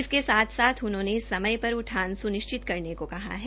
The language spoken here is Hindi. इसके साथ साथ उन्होंने समय पर उठान सुनिश्चित करने को कहा है